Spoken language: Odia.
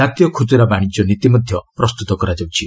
ଜାତୀୟ ଖୁଚୁରା ବାଣିଜ୍ୟ ନୀତି ମଧ୍ୟ ପ୍ରସ୍ତୁତ କରାଯାଉଛି